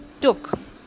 took